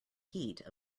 heat